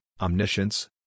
omniscience